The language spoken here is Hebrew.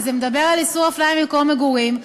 כי הוא מדבר על איסור הפליה מחמת מקום מגורים,